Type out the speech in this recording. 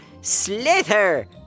Slither